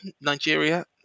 Nigeria